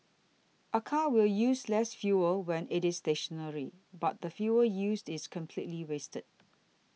a car will use less fuel when it is stationary but the fuel used is completely wasted